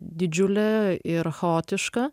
didžiulė ir chaotiška